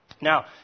Now